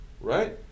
right